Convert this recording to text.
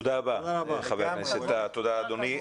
תודה אדוני.